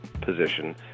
position